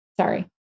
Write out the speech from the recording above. Sorry